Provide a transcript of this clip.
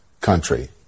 country